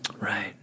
Right